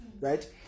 right